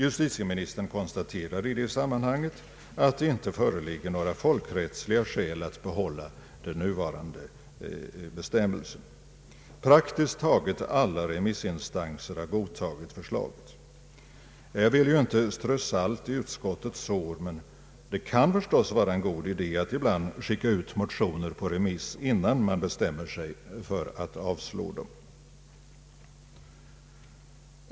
Justitieministern konstaterar i det sammanhanget att det inte föreligger några folkrättsliga skäl att behålla den nuvarande bestämmelsen. Praktiskt taget alla remissinstanser har godtagit förslaget. Jag vill inte strö salt i utskottets sår, men det kan förstås vara en god idé att ibland skicka ut motioner på remiss innan man bestämmer sig för att avstyrka dem.